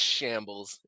Shambles